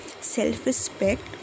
self-respect